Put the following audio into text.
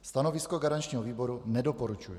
Stanovisko garančního výboru: nedoporučuje.